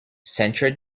centre